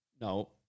no